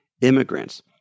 immigrants